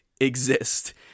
exist